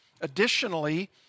additionally